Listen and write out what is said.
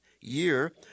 year